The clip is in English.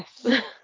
Yes